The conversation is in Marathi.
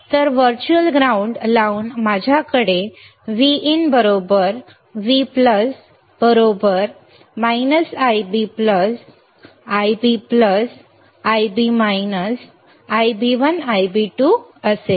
तर व्हर्च्युअल ग्राउंड लावून माझ्याकडे Vin V Ib Ib Ib I1I2 असेल